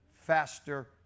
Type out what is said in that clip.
faster